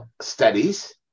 studies